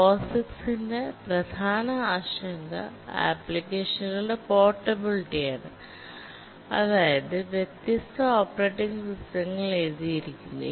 POSIX ന്റെ പ്രധാന ആശങ്ക ആപ്ലിക്കേഷനുകളുടെ പോർട്ടബിലിറ്റിയാണ് അതായത് വ്യത്യസ്ത ഓപ്പറേറ്റിംഗ് സിസ്റ്റങ്ങളിൽ എഴുതിയിരിക്കുന്നു